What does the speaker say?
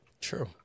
True